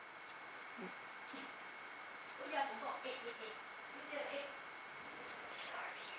okay mm